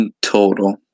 total